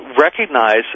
recognize